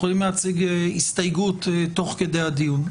יכולים להציג הסתייגות תוך כדי הדיון.